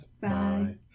Bye